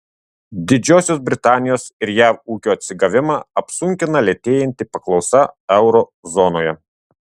didžiosios britanijos ir jav ūkio atsigavimą apsunkina lėtėjanti paklausa euro zonoje